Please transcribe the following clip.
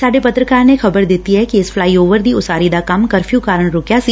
ਸਾਡੇ ਪਤਰਕਾਰ ਨੇ ਖ਼ਬਰ ਦਿੱਤੀ ਏ ਕਿ ਇਸ ਫਲਾਈਓਵਰ ਦੀ ਉਸਾਰੀ ਦਾ ਕੰਮ ਕਰਫਿਉ ਕਾਰਨ ਰੁਕਿਆ ਸੀ